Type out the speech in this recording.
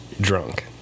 drunk